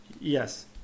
Yes